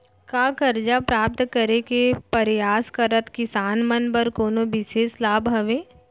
का करजा प्राप्त करे के परयास करत किसान मन बर कोनो बिशेष लाभ हवे?